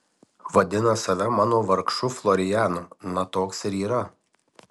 vadina save mano vargšu florianu na toks ir yra